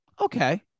okay